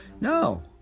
No